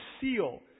seal